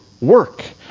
work